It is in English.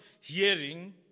hearing